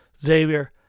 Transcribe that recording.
Xavier